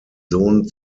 sohn